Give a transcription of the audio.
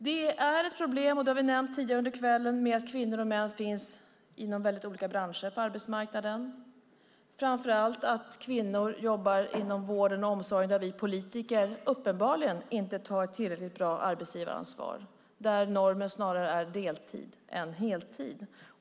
Det är ett problem, och det har vi nämnt tidigare under kvällen, att kvinnor och män finns inom väldigt olika branscher på arbetsmarknaden, framför allt att kvinnor jobbar inom vården och omsorgen där vi politiker uppenbarligen inte tar tillräckligt bra arbetsgivaransvar och där normen snarare är deltid än heltid.